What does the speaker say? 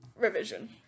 revision